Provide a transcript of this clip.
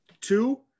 Two